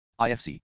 IFC